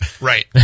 Right